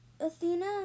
Athena